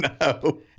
No